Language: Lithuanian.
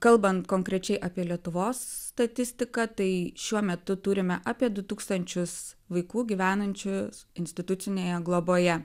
kalbant konkrečiai apie lietuvos statistiką tai šiuo metu turime apie du tūkstančius vaikų gyvenančius institucinėje globoje